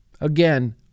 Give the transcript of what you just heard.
again